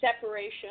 separation